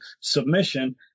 submission